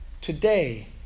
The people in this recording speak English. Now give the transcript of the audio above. Today